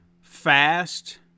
fast